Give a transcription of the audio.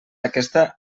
aquesta